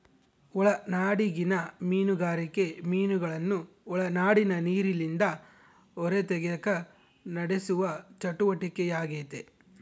ಒಳನಾಡಿಗಿನ ಮೀನುಗಾರಿಕೆ ಮೀನುಗಳನ್ನು ಒಳನಾಡಿನ ನೀರಿಲಿಂದ ಹೊರತೆಗೆಕ ನಡೆಸುವ ಚಟುವಟಿಕೆಯಾಗೆತೆ